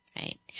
Right